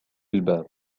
الباب